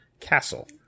CASTLE